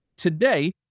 Today